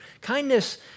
Kindness